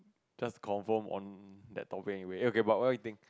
just confirm on that topic anyway okay but what do you think